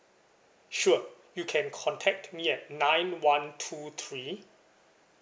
sure you can contact me at nine one two three